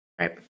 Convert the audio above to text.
Right